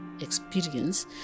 experience